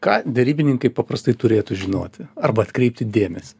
ką derybininkai paprastai turėtų žinoti arba atkreipti dėmesį